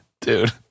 Dude